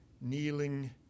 kneeling